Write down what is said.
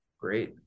Great